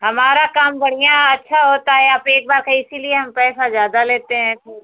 हमारा काम बढ़िया अच्छा होता है आप एक बार का इसीलिए हम पैसा ज़्यादा लेते हैं थोड़ा